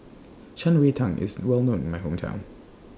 Shan Rui Tang IS Well known in My Hometown